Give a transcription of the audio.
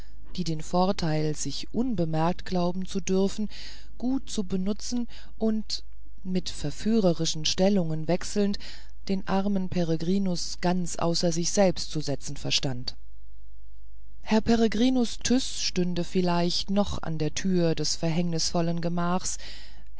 die den vorteil sich unbemerkt glauben zu dürfen gut zu benutzen und mit verführerischen stellungen wechselnd den armen peregrinus ganz außer sich selbst zu setzen verstand herr peregrinus tyß stünde vielleicht noch an der türe des verhängnisvollen gemachs